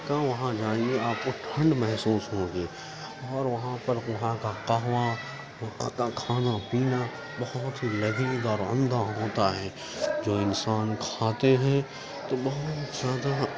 کا وہاں جائیے آپ کو ٹھنڈ محسوس ہوگی اور وہاں پر وہاں کا قہوہ وہاں کا کھانا پینا بہت ہی لذیذ اور عمدہ ہوتا ہے جو انسان کھاتے ہیں تو بہت زیادہ